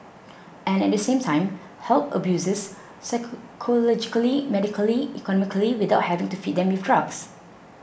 and at the same time help abusers psychologically medically economically without having to feed them with drugs